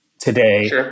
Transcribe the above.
today